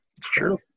true